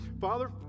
Father